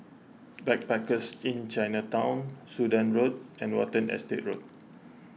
Backpackers Inn Chinatown Sudan Road and Watten Estate Road